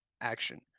action